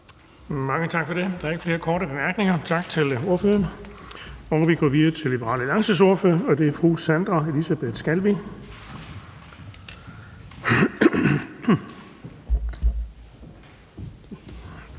Mange tak for det. Der er ikke flere korte bemærkninger, så vi siger tak til ordføreren. Vi går videre til Liberal Alliances ordfører, fru Sandra Elisabeth Skalvig.